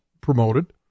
promoted